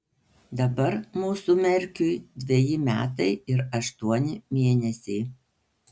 dabar mūsų merkiui dveji metai ir aštuoni mėnesiai